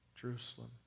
Jerusalem